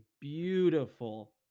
beautiful